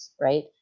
right